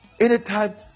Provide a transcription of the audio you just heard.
Anytime